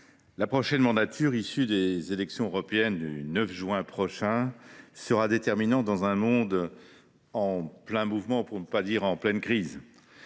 la prochaine mandature, issue des élections européennes du 9 juin prochain, sera déterminante dans un monde en plein mouvement, pour ne pas dire en pleine crise.